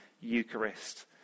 Eucharist